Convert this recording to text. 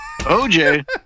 OJ